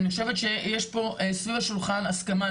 אני חושבת שיש פה סביב השולחן הסכמה,